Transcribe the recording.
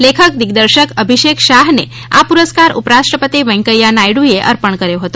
લેખક દિગ્દર્શક અભિષેક શાહને આ પુરસ્કાર ઉપરાષ્ટ્રપતિ વેંકઈયા નાયડુ એ અર્પણ કર્યો હતો